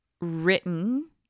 written